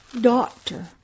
doctor